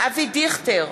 אבי דיכטר,